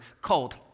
Cold